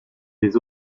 des